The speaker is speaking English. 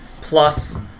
plus